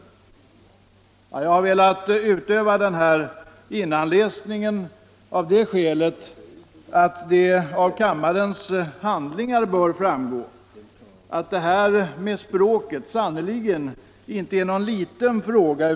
Jag har velat återge detta av det skälet att det av kammarens handlingar framgår att detta med språket sannerligen inte är någon liten fråga.